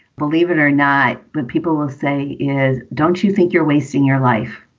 believe it or not, people will say is don't you think you're wasting your life?